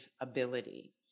ability